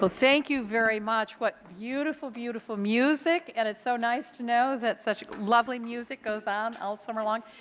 so thank you very much, what beautiful, beautiful music and it's so nice to know that such lovely music goes on all summer long,